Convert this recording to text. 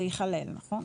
זה ייכלל, נכון?